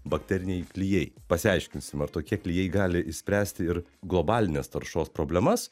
bakteriniai klijai pasiaiškinsim ar tokie klijai gali išspręsti ir globalinės taršos problemas